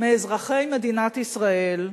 מאזרחי מדינת ישראל,